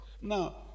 Now